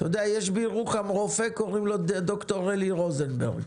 אתה יודע, יש בירוחם רופא שקוראים לו רלי רוזנברג.